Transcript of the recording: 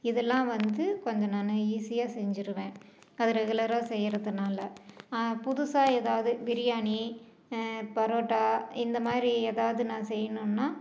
இதெல்லாம் வந்து கொஞ்சம் நான் ஈஸியாக செஞ்சுருவேன் அது ரெகுலராக செய்யிறதுனால புதுசாக ஏதாவது பிரியாணி பரோட்டா இந்தமாதிரி ஏதாவது நான் செய்யணும்னா